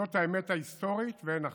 זאת האמת ההיסטורית ואין אחרת.